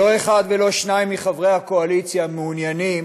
שלא אחד ולא שניים מחברי הקואליציה מעוניינים